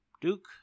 Duke